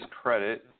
credit